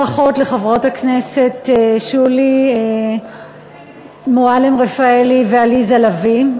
ברכות לחברות הכנסת שולי מועלם-רפאלי ועליזה לביא,